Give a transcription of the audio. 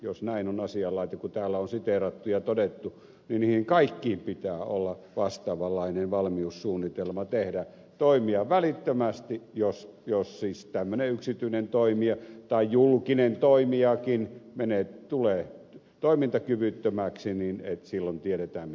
jos näin on asianlaita kuten täällä on siteerattu ja todettu niin näihin kaikkiinhan pitää vastaavanlainen valmiussuunnitelma tehdä toimia välittömästi niin että jos siis tämmöinen yksityinen toimija tai julkinen toimijakin tulee toimintakyvyttömäksi silloin tiedetään mitä tehdään